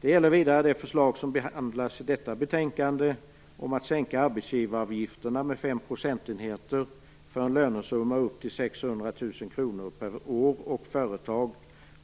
Det gäller vidare det förslag som behandlas i detta betänkande om att sänka arbetsgivaravgiften med fem procentenheter för en lönesumma upp till 600 000 kr per år och företag,